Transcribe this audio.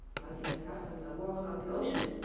nothing can happen from a walk on um the ocean.